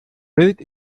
sylt